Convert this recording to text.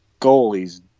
goalies